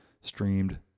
streamed